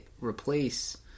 replace